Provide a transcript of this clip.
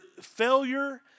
failure